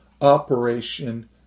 operation